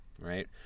right